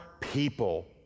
people